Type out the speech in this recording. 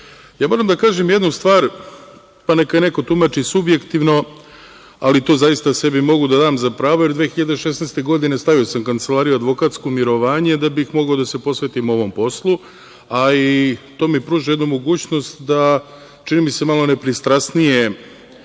redu. Moram da kažem jednu stvar, pa neka neko tumači subjektivno, ali to zaista sebi mogu da dam za pravo, jer 2016. godine stavio sam advokatsku kancelariju u mirovanje da bih mogao da se posvetim ovom poslu, a i to mi pruža jednu mogućnost da, čini mi se, malo nepristrasnije